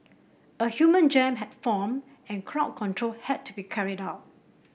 a human jam had formed and crowd control had to be carried out